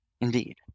Indeed